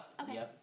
okay